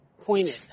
pointed